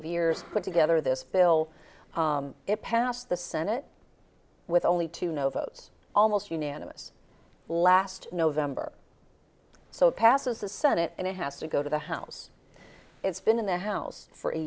of years put together this bill it passed the senate with only two no votes almost unanimous last november so it passes the senate and it has to go to the house it's been in the house for a